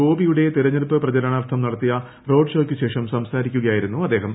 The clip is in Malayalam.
ഗോപിയുടെ തിരഞ്ഞെടുപ്പ് പ്രചരണാർത്ഥം നടത്തിയ റോഡ് ഷോയ്ക്ക് ശേഷം സംസാരിക്കുകയായിരുന്നു അദ്ദേഹം